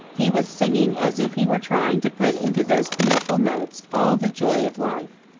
he was singing as if he were trying to put into those beautiful notes all the joy of life.